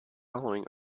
following